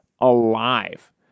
alive